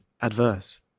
adverse